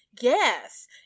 Yes